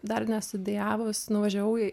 dar nestudijavus nuvažiavau į